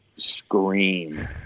scream